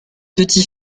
petit